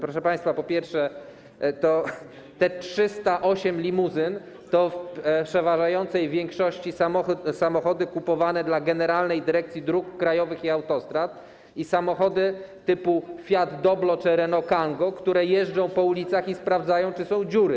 Proszę państwa, po pierwsze, te 308 limuzyn to w przeważającej większości samochody kupowane dla Generalnej Dyrekcji Dróg Krajowych i Autostrad, samochody typu Fiat Doblo czy Renault Kangoo, które jeżdżą po ulicach i sprawdzają, czy są dziury.